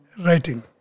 Writing